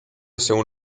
según